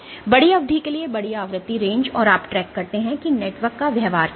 बड़ी अवधि के लिए बड़ी आवृत्ति रेंज और आप ट्रैक करते हैं कि नेटवर्क का व्यवहार क्या है